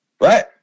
Right